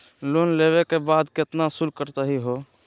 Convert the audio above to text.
Loan लेवे के बाद केतना शुल्क कटतही हो?